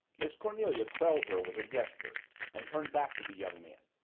miss cornelia quelled her with a gesture and turned back to the young man.